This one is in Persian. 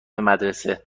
مدرسه